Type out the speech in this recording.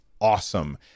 awesome